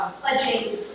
pledging